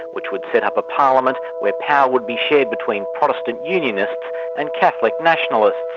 which would set up a parliament where power would be shared between protestant unionists and catholic nationalists.